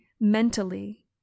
mentally